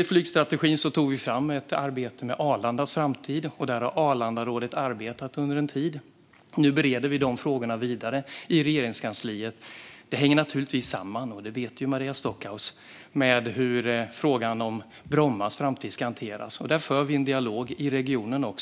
I flygstrategin ingår ett arbete med Arlandas framtid, och Arlandarådet har arbetat med detta under en tid. Nu bereder vi de frågorna vidare i Regeringskansliet. Detta hänger naturligtvis, som Maria Stockhaus vet, samman med hur frågan om Brommas framtid ska hanteras. Där för vi också en dialog i regionen.